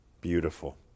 Beautiful